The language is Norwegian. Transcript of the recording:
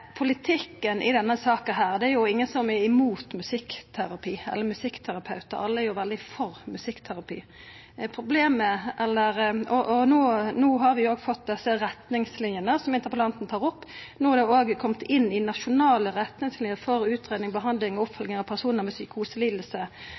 ingen som er imot musikkterapi eller musikkterapeutar, alle er jo veldig for musikkterapi. Det som er politikken i dette, er at vi no òg har fått desse retningslinjene, som interpellanten tar opp, og no har det òg kome inn i dei nasjonale retningslinjene for utgreiing, behandling og